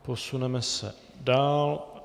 Posuneme se dál.